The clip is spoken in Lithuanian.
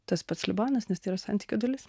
tas pats libanas nes tai yra santykio dalis